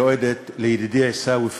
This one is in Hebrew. לידידי עיסאווי פריג':